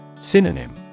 Synonym